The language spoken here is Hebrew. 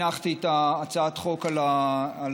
הנחתי את הצעת חוק על השולחן,